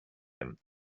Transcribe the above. them